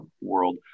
world